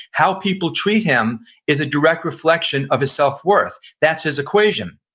how people treat him is a direct reflection of his self worth, that's his equation.